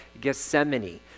Gethsemane